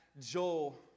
Joel